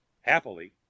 happily